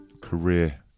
Career